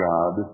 God